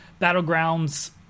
Battlegrounds